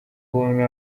kuntu